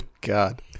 God